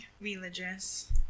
religious